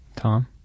Tom